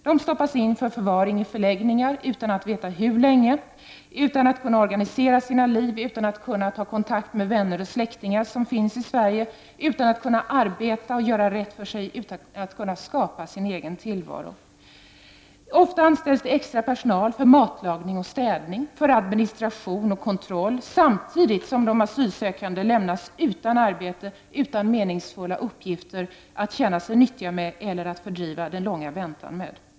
De stoppas in för förvaring i förläggningar utan att veta hur länge, utan att kunna organisera sina liv, utan att kunna ta kontakt med vänner och släktingar som finns i Sverige, utan att kunna arbeta och göra rätt för sig, utan att kunna skapa sin egen tillvaro. Ofta anställs extra personal för matlagning och städning, för administration och kontroll, samtidigt som de asylsökande lämnas utan arbete, utan meningsfulla uppgifter — att känna sig nyttiga med eller att fördriva den långa väntan med.